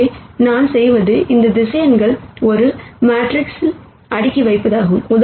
எங்கே நாம் செய்வது இந்த வெக்டார்களை ஒரு மேட்ரிக்ஸில் அடுக்கி வைப்பதாகும்